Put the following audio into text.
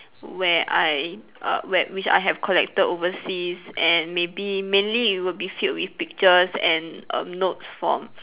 where I err where which I have collected overseas and maybe mainly it will be filled with pictures and err notes from